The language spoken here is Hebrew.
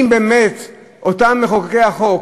באמת אותם מחוקקי החוק,